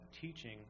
teaching